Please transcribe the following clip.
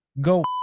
go